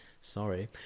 sorry